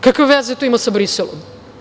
Kakve to veze ima sa Briselom?